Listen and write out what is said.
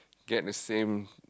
get the same